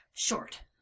short